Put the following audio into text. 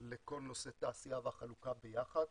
לכל נושא התעשייה והחלוקה ביחד,